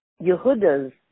Yehuda's